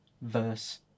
verse